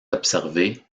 observée